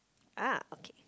ah okay